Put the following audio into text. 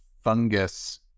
fungus